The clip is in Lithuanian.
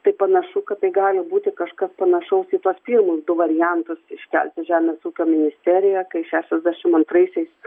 tai panašu kad tai gali būti kažkas panašaus į tuos pirmus du variantus iškelti žemės ūkio ministeriją kai šešiasdešim antraisiais